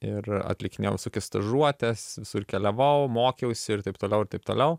ir atlikinėjau visokias stažuotes visur keliavau mokiausi ir taip toliau ir taip toliau